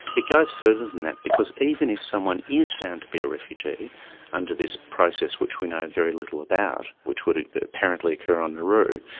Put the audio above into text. it goes further than that, because even if someone is found to be a refugee under this process which we know very little about, which would but apparently occur on nauru,